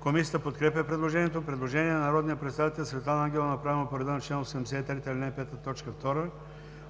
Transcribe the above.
Комисията подкрепя предложението. Предложение на народния представител Светлана Ангелова, направено по реда на чл. 83, ал. 5, т. 2